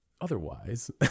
otherwise